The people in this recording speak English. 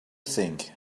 think